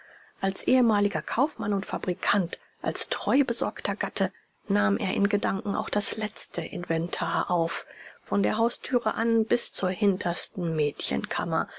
als ehemaliger kaufmann und fabrikant als treubesorgter gatte nahm er in gedanken auch das letzte inventar auf von der haustüre an bis zur hintersten